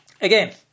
again